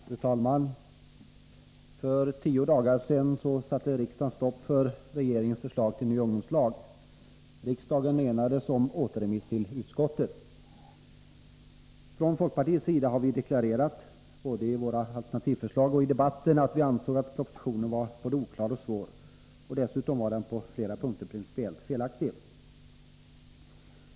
Fru talman! För tio dagar sedan satte riksdagen stopp för regeringens förslag till en ny ungdomslag. Riksdagen enades om återremiss till utskottet. Från folkpartiets sida har vi deklarerat, både i debatten och i vårt alternativförslag, att vi ansåg att propositionen var både oklar och svår. Dessutom var den på flera punkter principiellt felaktig.